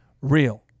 real